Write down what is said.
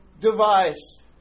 device